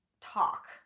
talk